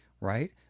right